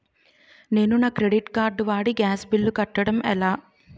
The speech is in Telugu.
నేను నా క్రెడిట్ కార్డ్ వాడి గ్యాస్ బిల్లు కట్టడం ఎలా?